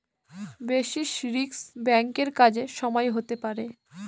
basis risk ব্যাঙ্কের কাজের সময় হতে পারে